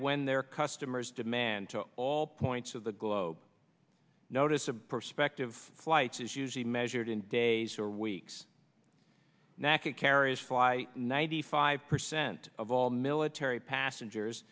when their customers demand to all points of the globe notice a prospective flights is usually measured in days or weeks natca carries fly ninety five percent of all military passengers